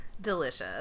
Delicious